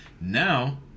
Now